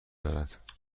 دارد